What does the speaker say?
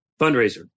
fundraiser